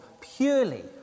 purely